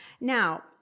Now